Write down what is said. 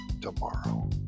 tomorrow